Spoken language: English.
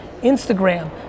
Instagram